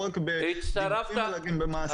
לא רק במילים אלא גם במעשים.